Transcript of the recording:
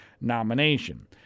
nomination